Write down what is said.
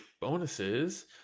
Bonuses